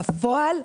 בפועל,